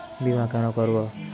বিমা কেন করব?